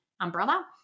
umbrella